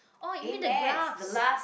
oh you mean the graphs